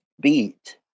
beat